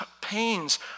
pains